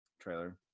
trailer